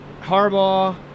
Harbaugh